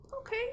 Okay